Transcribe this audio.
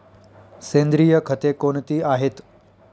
सेंद्रिय खते कोणती आहेत?